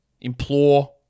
implore